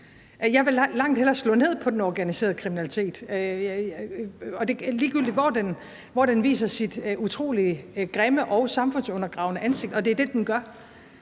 jeg vil langt hellere slå ned på den organiserede kriminalitet, ligegyldigt hvor den viser sit utrolig grimme og samfundsundergravende ansigt, og det er det, den gør.